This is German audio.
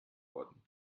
worden